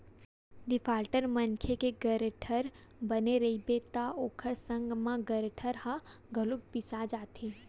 defaulter मनखे के guarantor बने रहिबे त ओखर संग म गारंटर ह घलो पिसा जाथे